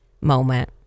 moment